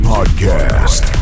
Podcast